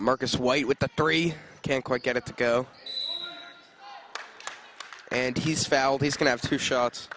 marcus white with the three can't quite get it to go and he's fouled he's going to have two shots